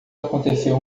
aconteceu